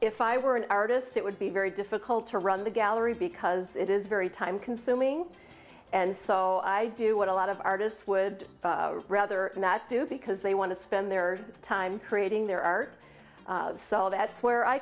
if i were an artist it would be very difficult to run the gallery because it is very time consuming and so i do what a lot of artists would rather not do because they want to spend their time creating their art so that's where i